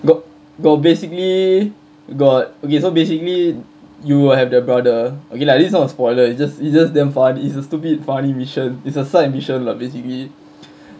you go got basically got okay so basically you will have their brother okay lah this is not a spoiler it's just it's just damn fun it's a stupid funny mission is a side mission lah basically